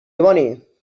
dimoni